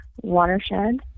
watershed